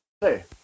hey